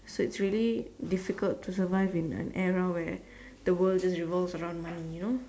so it's really difficult to survive in an era where the world just revolves around money you know